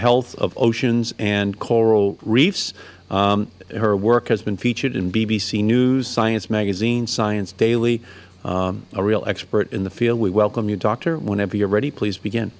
health of oceans and coral reefs her work has been featured in bbc news science magazine science daily a real expert in the field we welcome you doctor whenever you are ready please begin